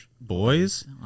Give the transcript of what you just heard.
boys